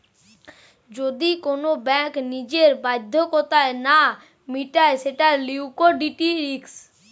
যদি কোন ব্যাঙ্ক নিজের বাধ্যবাধকতা না মিটায় সেটা লিকুইডিটি রিস্ক